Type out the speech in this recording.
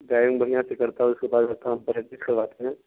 driving بڑھیا سی کرتا ہے اس کے بعد پریکٹس کراتے ہیں